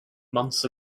months